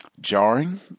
jarring